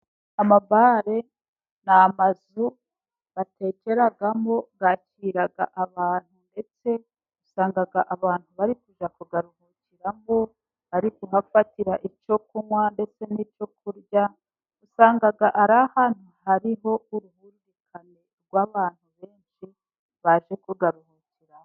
Amabara ni amazu batekeramo, yakira abantu ndetse usanga abantu bari kujya kuyaruhukiramo. Bari kuhafatira icyo kunywa ndetse n'icyo kurya. Usanga ari ahantu hari uruhurirane rw'abantu benshi baje kuharuhukira.